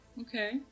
Okay